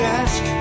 ask